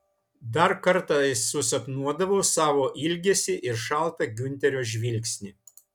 dar kartais susapnuodavau savo ilgesį ir šaltą giunterio žvilgsnį